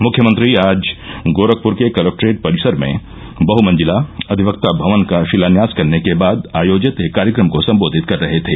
मुख्यमंत्री आज गोरखपूर के कलेक्ट्रेट परिसर में बहमजिला अधिवक्ता भवन का शिलान्यास करने के बाद आयोजित एक कार्यक्रम को सम्बोधित कर रहे थे